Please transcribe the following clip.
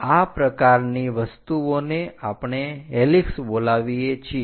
આ પ્રકારની વસ્તુઓને આપણે હેલિક્સ બોલાવીએ છીએ